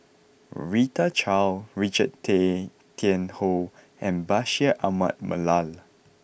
Rita Chao Richard Tay Tian Hoe and Bashir Ahmad Mallal